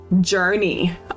journey